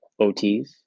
OTs